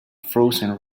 frozen